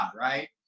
right